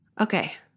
Okay